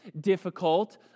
difficult